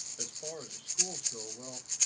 as far as the schools go well,